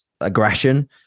aggression